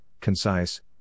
concise